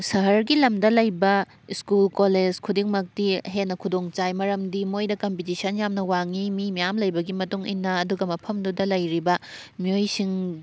ꯁꯍꯔꯒꯤ ꯂꯝꯗ ꯂꯩꯕ ꯁ꯭ꯀꯨꯜ ꯀꯣꯂꯦꯖ ꯈꯨꯗꯤꯡꯃꯛꯇꯤ ꯍꯦꯟꯅ ꯈꯨꯗꯣꯡꯆꯥꯏ ꯃꯔꯝꯗꯤ ꯃꯣꯏꯗ ꯀꯝꯄꯤꯇꯤꯁꯟ ꯌꯥꯝꯅ ꯋꯥꯡꯉꯤ ꯃꯤ ꯃꯌꯥꯝ ꯂꯩꯕꯒꯤ ꯃꯇꯨꯡꯏꯟꯅ ꯑꯗꯨꯒ ꯃꯐꯝꯗꯨꯗ ꯂꯩꯔꯤꯕ ꯃꯤꯑꯣꯏꯁꯤꯡ